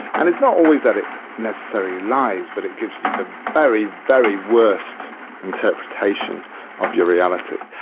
and it's not always that it necessarily lies, but it gives you the very, very worst interpretation of your reality.